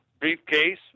briefcase